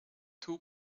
two